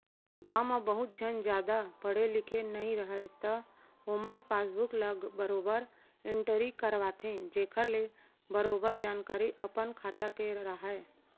गॉंव म बहुत झन जादा पढ़े लिखे नइ रहयँ त ओमन पासबुक ल बरोबर एंटरी करवाथें जेखर ले बरोबर जानकारी अपन खाता के राहय